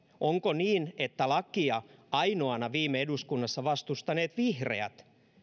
onko niin että lakia ainoana viime eduskunnassa vastustaneet vihreät